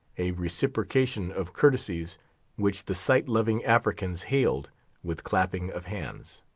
a reciprocation of courtesies which the sight-loving africans hailed with clapping of hands.